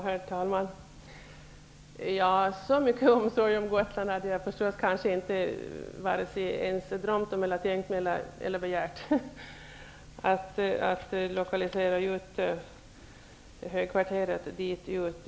Herr talman! Så mycket omsorg om Gotland hade jag inte vare sig drömt om, tänkt mig eller begärt som att ÖB:s högkvarter skulle lokaliseras dit ut.